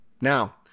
Now